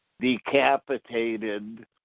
decapitated